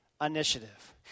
initiative